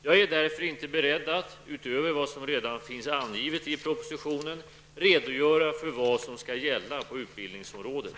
Jag är därför inte beredd att, utöver vad som redan finns angivet i propositionen, redogöra för vad som skall gälla på utbildningsområdet.